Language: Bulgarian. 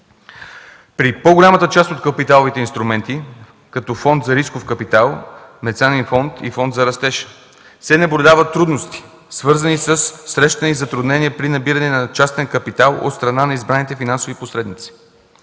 При по-голямата част от капиталовите инструменти, като Фонд за рисков капитал, Мецанин фонд и Фонд за растеж, се наблюдават трудности, свързани със срещани затруднения при набиране на частен капитал от страна на избраните финансови посредници.